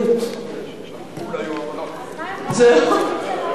לוט, בסדר.